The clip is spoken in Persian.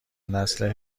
نسل